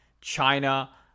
China